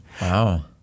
wow